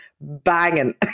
banging